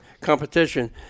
competition